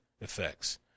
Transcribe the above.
effects